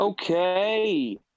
Okay